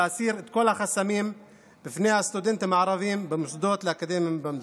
להסיר את כל החסמים בפני הסטודנטים הערבים במוסדות האקדמיים במדינה.